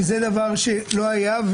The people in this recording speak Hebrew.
שזה דבר שלא היה,